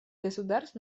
государств